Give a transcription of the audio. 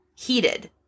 heated